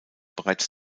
bereits